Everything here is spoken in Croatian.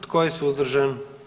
Tko je suzdržan?